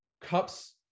cups